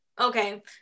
Okay